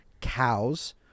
cows